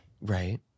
Right